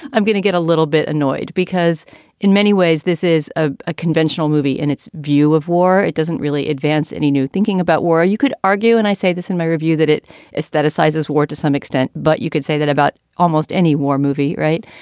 i'm going to get a little bit annoyed, because in many ways, this is ah a conventional movie in its view of war. it doesn't really advance any new thinking about war. or you could argue and i say this in my review that it is that assizes war to some extent. but you could say that about almost any war movie. right.